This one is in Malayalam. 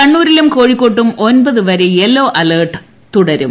കണ്ണൂരിലും കോഴിക്കോട്ടും ഒ്ട്രൂപ്പതു വരെ യെല്ലോ അലർട്ടും തുടരും